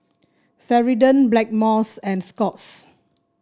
Ceradan Blackmores and Scott's